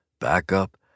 backup